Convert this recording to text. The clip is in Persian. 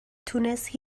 تونست